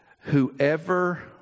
whoever